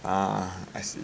ah I see